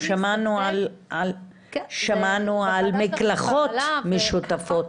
אנחנו שמענו על מקלחות משותפות.